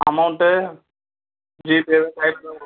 amount ஜிபேவா கையில தான் கொடுக்